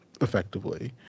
effectively